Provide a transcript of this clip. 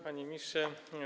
Panie Ministrze!